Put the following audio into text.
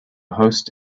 host